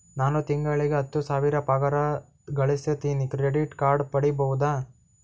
ನಾನು ತಿಂಗಳಿಗೆ ಹತ್ತು ಸಾವಿರ ಪಗಾರ ಗಳಸತಿನಿ ಕ್ರೆಡಿಟ್ ಕಾರ್ಡ್ ಪಡಿಬಹುದಾ?